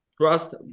trust